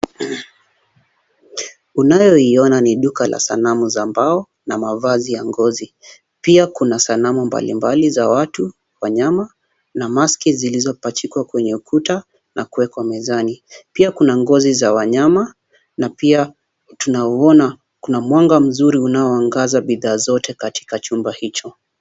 Unayoiona ni duka la sanamu za mbao na mavazi ya ngozi. Pia kuna sanamu mbalimbali za watu, wanyama, na maski zilizopachikwa kwenye kuta na kuwekwa mezani. Pia kuna ngozi za wanyama na pia tunauona kuna mwanga mzuri unaoangaza bidhaa zote katika chumba hicho.